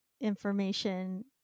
information